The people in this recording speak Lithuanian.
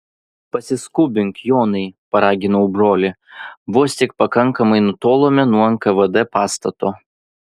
pasiskubink jonai paraginau brolį vos tik pakankamai nutolome nuo nkvd pastato